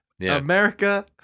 America